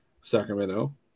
Sacramento